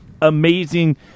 amazing